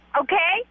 okay